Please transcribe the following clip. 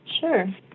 Sure